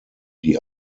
die